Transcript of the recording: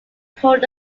called